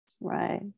right